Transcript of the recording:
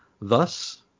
Thus